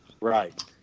Right